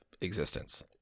existence